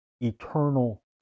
eternal